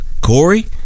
Corey